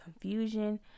confusion